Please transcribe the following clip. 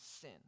sin